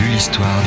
L'histoire